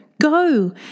Go